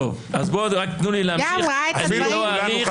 גם ראה את הדברים.